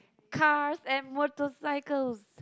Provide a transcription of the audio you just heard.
cars and motorcycles